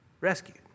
rescued